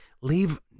leave